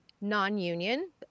non-union